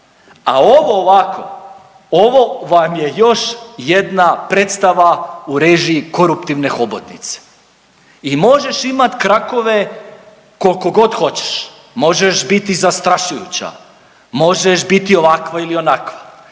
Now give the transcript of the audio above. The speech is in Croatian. A ovo ovako, ovo vam je još jedna predstava u režiji koruptivne hobotnice. I možeš imati krakove koliko god hoćeš. Možeš biti zastrašujuća. Možeš biti ovakva ili onakva